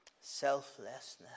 Selflessness